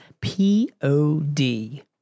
P-O-D